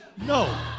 No